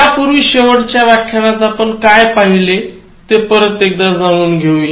त्यापूर्वी शेवटच्या व्यख्यानात आपण काय पहिले ते परत एकदा जाणून घेऊया